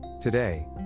Today